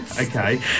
Okay